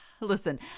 Listen